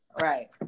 Right